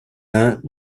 uns